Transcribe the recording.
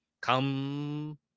come